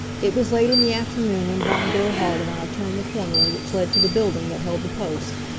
it was late in the afternoon when von gerhard and i turned the corner which led to the building that held the post.